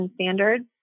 standards